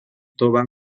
toba